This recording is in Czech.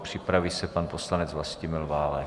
Připraví se pan poslanec Vlastimil Válek.